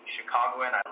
Chicagoan